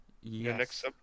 Yes